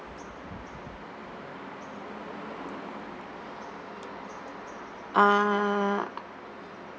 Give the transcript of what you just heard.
uh